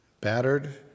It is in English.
battered